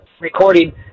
recording